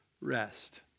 rest